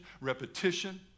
repetition